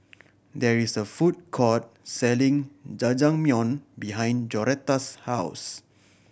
there is a food court selling Jajangmyeon behind Joretta's house